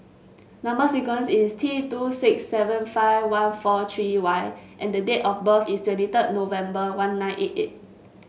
number sequence is T two six seven five one four three Y and the date of birth is twenty third November one nine eight eight